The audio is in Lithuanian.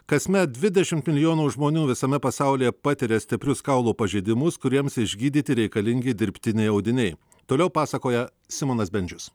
kasmet dvidešimt milijonų žmonių visame pasaulyje patiria stiprius kaulų pažeidimus kuriems išgydyti reikalingi dirbtiniai audiniai toliau pasakoja simonas bendžius